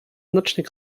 znacznie